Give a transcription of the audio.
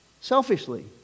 selfishly